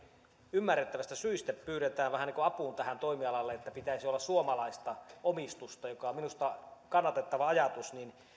ymmärrettävistä syistä pyydetään vähän niin kuin apuun tälle toimialalle että pitäisi olla suomalaista omistusta joka on minusta kannatettava ajatus niin